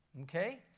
Okay